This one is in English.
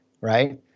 right